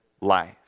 life